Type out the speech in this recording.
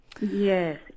yes